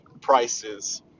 prices